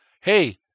Hey